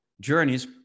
journeys